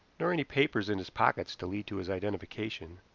nor any papers in his pockets to lead to his identification.